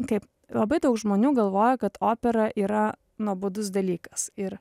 kaip labai daug žmonių galvoja kad opera yra nuobodus dalykas ir